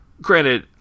Granted